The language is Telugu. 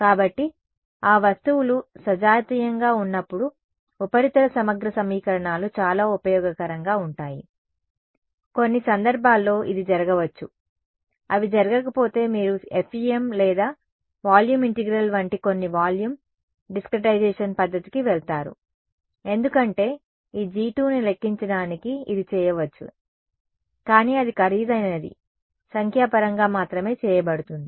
కాబట్టి ఆ వస్తువులు సజాతీయంగా ఉన్నప్పుడు ఉపరితల సమగ్ర సమీకరణాలు చాలా ఉపయోగకరంగా ఉంటాయి కొన్ని సందర్భాల్లో ఇది జరగవచ్చు అవి జరగకపోతే మీరు FEM లేదా వాల్యూమ్ ఇంటిగ్రల్ వంటి కొన్ని వాల్యూమ్ డిస్క్రిటైజేషన్ పద్ధతికి వెళతారు ఎందుకంటే ఈ G2 ని లెక్కించడానికి ఇది చేయవచ్చు కానీ అది ఖరీదైనది సంఖ్యాపరంగా మాత్రమే చేయబడుతుంది